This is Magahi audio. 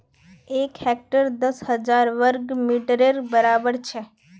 एक हेक्टर दस हजार वर्ग मिटरेर बड़ाबर छे